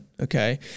okay